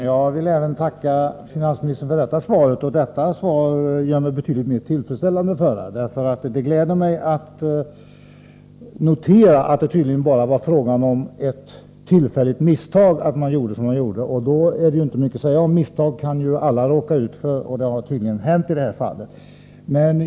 Herr talman! Jag vill tacka finansministern även för detta svar, som gör mig betydligt mer tillfredsställd än det förra. Det gläder mig att notera att det tydligen bara var fråga om ett tillfälligt misstag. Det är inte mycket att säga om det — misstag kan alla råka ut för.